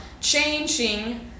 changing